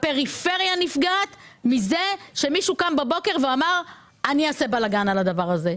הפריפריה נפגעת מזה שמישהו קם בבוקר ואמר: אני אעשה בלגן על הדבר הזה.